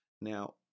Now